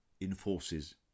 enforces